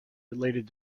related